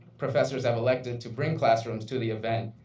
professors have elected to bring classrooms to the event,